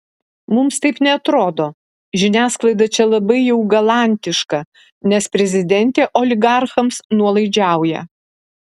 mums taip neatrodo žiniasklaida čia labai jau galantiška nes prezidentė oligarchams nuolaidžiauja